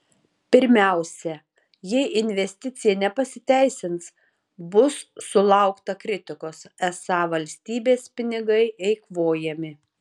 pirmiausia jei investicija nepasiteisins bus sulaukta kritikos esą valstybės pinigai eikvojami